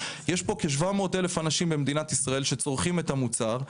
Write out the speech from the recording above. יש פה כ-700,000 אנשים במדינת ישראל שצורכים את המוצר,